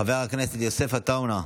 חבר הכנסת יוסף עטאונה,